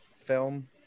film